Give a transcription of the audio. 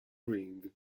ring